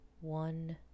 one